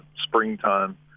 springtime